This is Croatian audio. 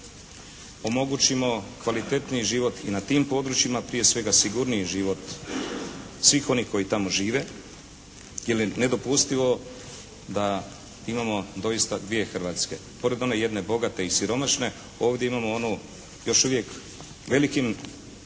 omogućimo kvalitetniji život i na tim područjima, prije svega sigurniji život svih onih koji tamo žive jer je nedopustivo da imamo doista dvije Hrvatske. Pored one jedne bogate i siromašne ovdje imamo onu još uvijek velikim